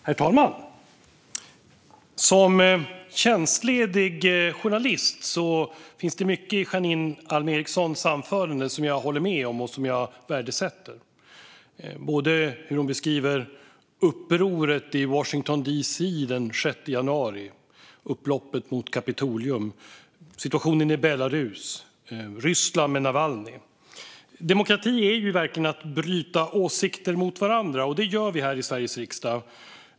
Herr talman! Som tjänstledig journalist tycker jag att det finns mycket i Janine Alm Ericsons anförande som jag håller med om och värdesätter. Det gäller hur hon beskriver upproret i Washington D.C. den 6 januari, upploppet mot Kapitolium, situationen i Belarus och fallet Navalnyj i Ryssland. Demokrati är verkligen att bryta åsikter mot varandra, och det gör vi här i Sveriges riksdag.